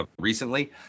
recently